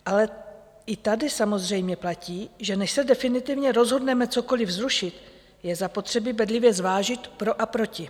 Ale i tady samozřejmě platí, že než se definitivně rozhodneme cokoli zrušit, je zapotřebí bedlivě zvážit pro a proti.